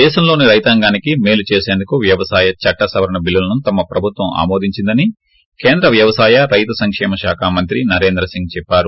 దేశంలోని రైతాంగానికి మేలు చేసేందుకు వ్యవసాయ చట్ట సవరణ బిల్లులను తమ ప్రభుత్వం ఆమోదించిందని కేంద్ర వ్యవసాయ రైతు సంకేమ శాఖ మంత్రి నరేంద్ర సింగ్ చేప్పారు